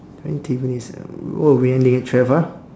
twenty minutes oh we ending at twelve ah